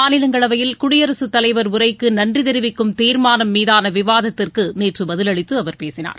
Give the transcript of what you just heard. மாநிலங்களவையில் குடியரசுத் தலைவர் உரைக்கு நன்றி தெரிவிக்கும் தீர்மானம் மீதான விவாதத்திற்கு நேற்று பதிலளித்து அவர் பேசினார்